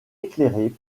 éclairé